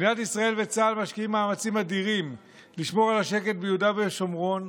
מדינת ישראל וצה"ל משקיעים מאמצים אדירים לשמור על השקט ביהודה ושומרון,